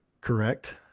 Correct